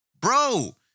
bro